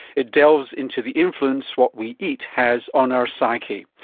it delves into the influence what we eat has on our psyche.